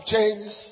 James